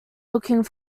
looking